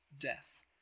death